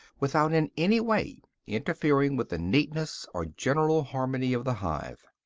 without in any way interfering with the neatness or general harmony of the hive.